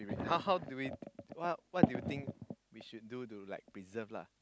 how how do we what what do you think we should do to like preserve lah